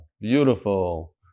Beautiful